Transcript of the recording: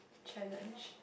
challenge